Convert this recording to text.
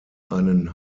einen